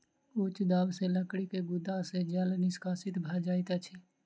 उच्च दाब सॅ लकड़ी के गुद्दा सॅ जल निष्कासित भ जाइत अछि